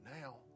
now